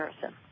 person